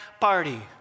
party